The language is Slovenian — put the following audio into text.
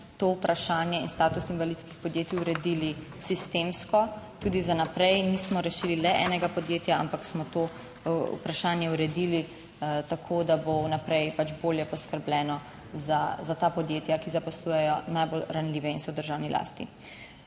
to vprašanje in status invalidskih podjetij uredili sistemsko 56. TRAK: (TB) - 13.35 (nadaljevanje) tudi za naprej, nismo rešili le enega podjetja, ampak smo to vprašanje uredili tako, da bo v naprej pač bolje poskrbljeno za ta podjetja, ki zaposlujejo najbolj ranljive in so v državni lasti.